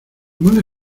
mola